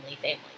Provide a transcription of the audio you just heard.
family